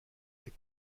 est